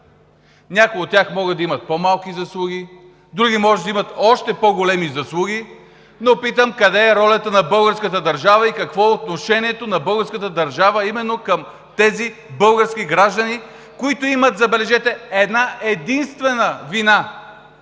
Някои от тях могат да имат по-малки заслуги, други може да имат още по-големи заслуги, но питам: къде е ролята на българската държава и какво е отношението на българската държава именно към тези български граждани, които имат, забележете, една-единствена вина,